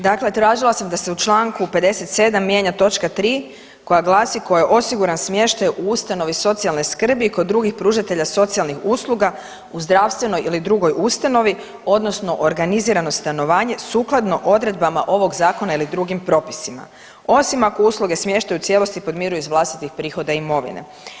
Dakle, tražila sam da se u Članku 57. mijenja točka 3. koja glasi, kojoj je osiguran smještaj u ustanovi socijalne skrbi kod drugih pružatelja socijalnih usluga u zdravstvenoj ili drugoj ustanovi odnosno organizirano stanovanje sukladno odredbama ovog zakona ili drugim propisima osim ako usluge smještaja u cijelosti podmiruje iz vlastitih prihoda imovine.